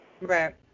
Right